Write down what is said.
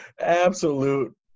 absolute